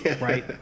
Right